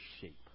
shape